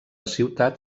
ciutat